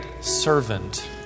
servant